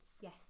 yes